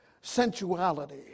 Sensuality